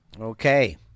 Okay